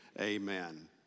amen